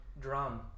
drum